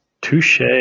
touche